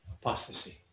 apostasy